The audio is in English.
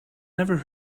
never